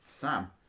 Sam